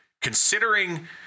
considering